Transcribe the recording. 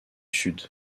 sud